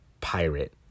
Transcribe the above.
pirate